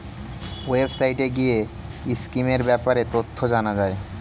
ওয়েবসাইটে গিয়ে স্কিমের ব্যাপারে তথ্য জানা যায়